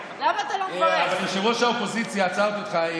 יושב-ראש האופוזיציה, עצרתי אותך,